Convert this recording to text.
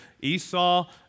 Esau